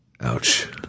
Ouch